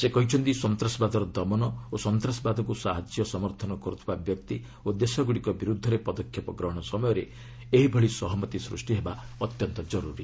ସେ କହିଛନ୍ତି ସନ୍ତାସବାଦର ଦମନ ଓ ସନ୍ତାସବାଦକୁ ସାହାଯ୍ୟ ସମର୍ଥନ କରୁଥିବା ବ୍ୟକ୍ତି ଓ ଦେଶଗୁଡ଼ିକ ବିରୁଦ୍ଧରେ ପଦକ୍ଷେପ ଗ୍ରହଣ ସମୟରେ ଏହିଭଳି ସହମତି ସୃଷ୍ଟି ହେବା ଅତ୍ୟନ୍ତ ଜର୍ତ୍ରରୀ